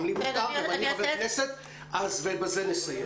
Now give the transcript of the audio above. גם לי מותר, גם אני חבר כנסת, ובזה נסיים.